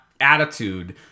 Attitude